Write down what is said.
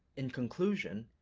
in conclusion,